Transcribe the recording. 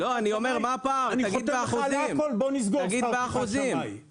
אני חותם על הכול ובוא נסגור שכר טרחת שמאי.